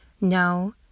No